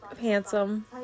Handsome